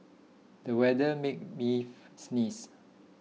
the weather made me sneeze